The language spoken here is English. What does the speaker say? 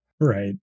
Right